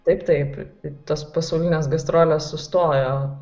taip taip tos pasaulinės gastrolės sustojo